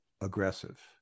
aggressive